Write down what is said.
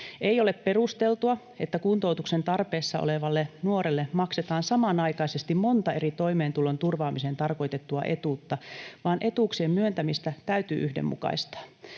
Ei ole perusteltua, että kuntoutuksen tarpeessa olevalle nuorelle maksetaan samanaikaisesti monta eri toimeentulon turvaamiseen tarkoitettua etuutta, vaan etuuksien myöntämistä täytyy yhdenmukaistaa.